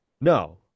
No